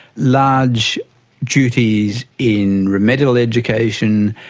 large duties in remedial education,